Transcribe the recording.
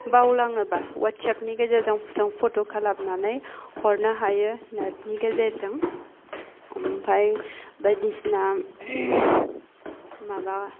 बावलाङोबा वाट्साबनि गेजेरजों जों फट' खालामनानै हरनो हायो नेटनि गेजेरजों ओमफ्राय बायदिसिना माबा